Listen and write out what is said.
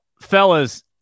fellas